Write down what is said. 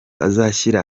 azashyira